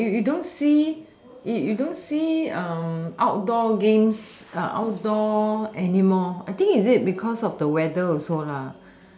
like you you don't see you you don't see outdoor games outdoor anymore I think is it because of the weather also lah